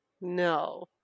No